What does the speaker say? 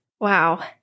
Wow